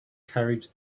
carried